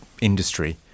industry